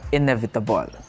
inevitable